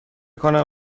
کنم